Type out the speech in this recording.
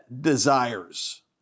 desires